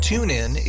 TuneIn